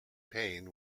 pain